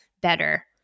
better